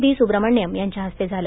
बी सुव्रमण्यम यांच्या हस्ते झालं